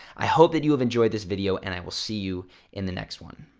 i hope that you have enjoyed this video and i will see you in the next one.